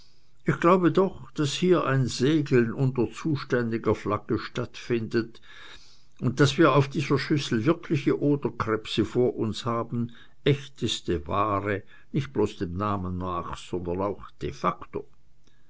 ich glaube doch daß hier ein segeln unter zuständiger flagge stattfindet und daß wir auf dieser schüssel wirkliche oderkrebse vor uns haben echteste ware nicht bloß dem namen nach sondern auch de